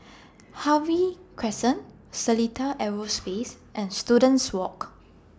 Harvey Crescent Seletar Aerospace and Students Walk